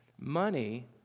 Money